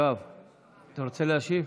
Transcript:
יואב, אתה רוצה להשיב?